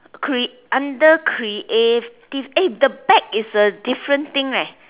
crea~ under creative eh the bag is a different thing leh